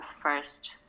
first